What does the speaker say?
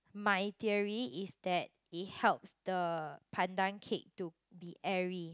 my theory is that it helps the pandan cake to be airy